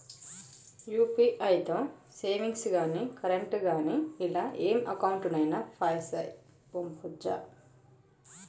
UPI తో savings గాని current గాని ఇలా ఏ అకౌంట్ కైనా పైసల్ పంపొచ్చా?